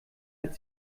hat